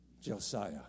Josiah